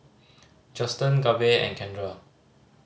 Juston Gabe and Kendra